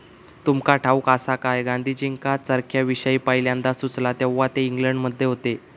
तुमका ठाऊक आसा काय, गांधीजींका चरख्याविषयी पयल्यांदा सुचला तेव्हा ते इंग्लंडमध्ये होते